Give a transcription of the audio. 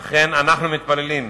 אכן, אנחנו מתפללים.